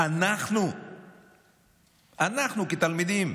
אנחנו כתלמידים,